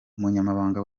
umunyamabanga